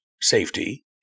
safety